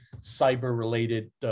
cyber-related